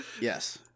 Yes